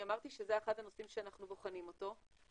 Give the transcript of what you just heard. אני אמרתי שזה אחד הנושאים שאנחנו בוחנים אותו.